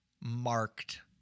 marked